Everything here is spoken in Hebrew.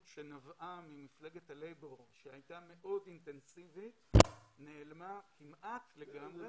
שנבעה ממפלגת הלייבור שהייתה מאוד אינטנסיבית נעלמה כמעט לגמרי.